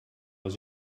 was